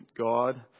God